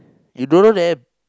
you don't know them